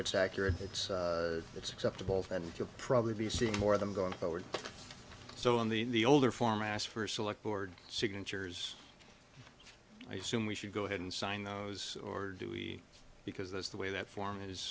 it's accurate it's that's acceptable and you'll probably be seeing more of them going forward so on the in the older form asked for select board signatures i assume we should go ahead and sign those or do we because that's the way that form is